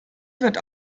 wird